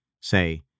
Say